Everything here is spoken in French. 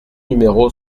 numéro